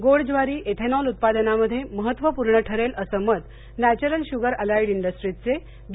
गोड ज्वारी इथेनॉल उत्पादनामध्ये महत्त्वापूर्ण ठरेल असं मत नॅचरल श्गर आलाईड इंडस्ट्रीजचे बी